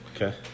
Okay